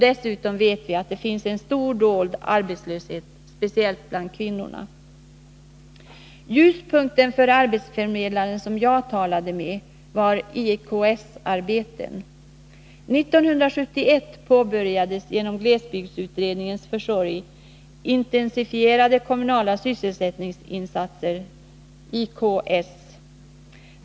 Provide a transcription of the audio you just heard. Dessutom vet vi att det finns en stor dold arbetslöshet, speciellt bland kvinnorna. Ljuspunkten för arbetsförmedlaren som jag talade med var IKS-arbeten. 1971 påbörjades genom glesbygdsutredningens försorg intensifierade kommunala sysselsättningsinsatser, IKS.